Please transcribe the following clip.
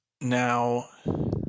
Now